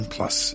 Plus